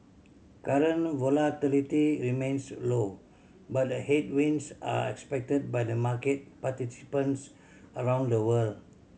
current volatility remains low but headwinds are expected by the market participants around the world